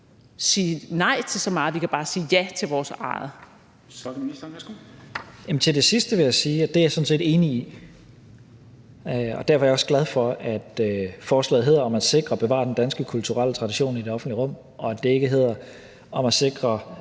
og integrationsministeren (Mattias Tesfaye): Jamen til det sidste vil jeg sige, at det er jeg sådan set enig i, og derfor er jeg også glad for, at forslaget hedder: »Om at sikre og bevare den danske kulturelle tradition i det offentlige rum«, og at det ikke hedder: Om at sikre,